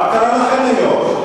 מה קרה לכן היום?